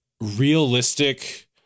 realistic